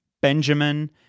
Benjamin